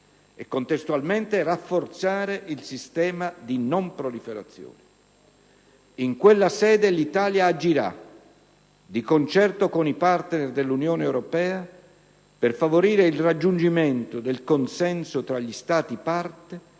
e contestualmente rafforzare il sistema di non proliferazione. In quella sede, l'Italia agirà, di concerto con i partner dell'Unione europea, per favorire il raggiungimento del consenso tra gli Stati parte